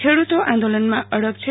ખેડ્તો આદોલનમાં અડગ છે